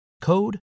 code